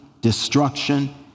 destruction